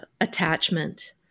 attachment